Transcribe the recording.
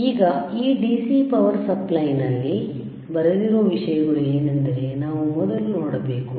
ಈಗ ಈ DC power ಸಪ್ಲೈನಲ್ಲಿ ಬರೆದಿರುವ ವಿಷಯಗಳು ಏನೆಂದು ನಾವು ಮೊದಲು ನೋಡಬೇಕು